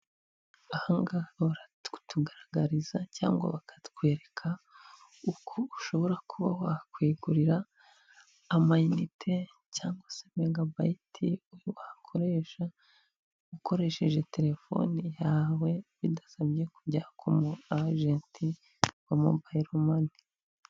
Aha ngaha baratugaragariza cyangwa bakatwereka uko ushobora kuba wakwigurira amayinite cyangwa se megabayiti wakoresha, ukoresheje telefone yawe bidasabye kujya kumu ajenti wa mobayiro mani.